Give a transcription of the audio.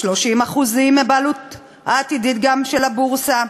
30% מהבעלות העתידית גם של הבורסה.